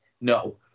No